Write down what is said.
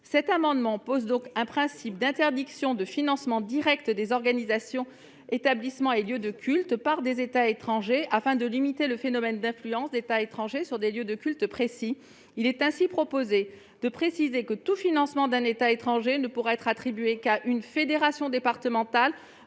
Cet amendement vise donc à introduire un principe d'interdiction de financement direct des organisations, établissements et lieux de culte par des États étrangers, afin de limiter le phénomène d'influence d'États étrangers sur des lieux de culte précis. Il est ainsi proposé de préciser que tout financement d'un État étranger ne pourra être attribué qu'à une fédération départementale